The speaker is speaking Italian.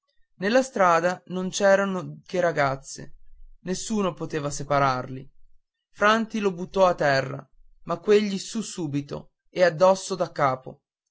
nella strada non c'eran che ragazze nessuno poteva separarli franti lo buttò in terra ma quegli su subito e addosso daccapo